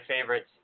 favorites